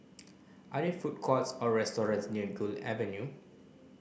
are there food courts or restaurants near Gul Avenue